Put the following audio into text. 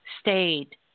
stayed